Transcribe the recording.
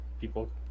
people